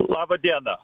laba diena